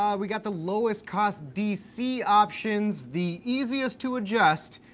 um we got the lowest cost dc options, the easiest to adjust,